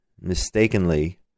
mistakenly